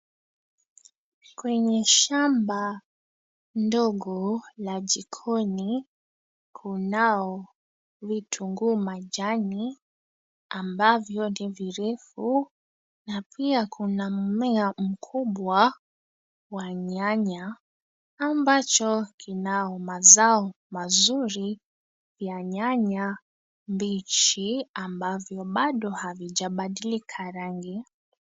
Kwenye shamba ndogo la jikoni kunao vitunguu majani ambavyo ni virefu na pia kuna mmea mkubwa wa nyanya ambacho kinao mazao mazuri ya nyanya mbichi ambavyo baado havijebadilika rangi.